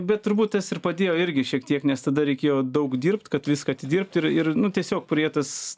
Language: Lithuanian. bet turbūt tas ir padėjo irgi šiek tiek nes tada reikėjo daug dirbt kad viską atidirbt ir ir nu tiesiog priėjo tas